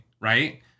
right